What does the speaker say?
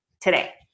today